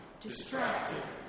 distracted